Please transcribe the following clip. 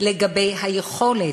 לגבי היכולת,